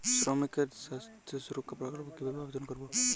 শ্রমিকের স্বাস্থ্য সুরক্ষা প্রকল্প কিভাবে আবেদন করবো?